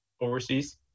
overseas